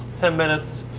ten minutes.